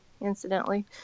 incidentally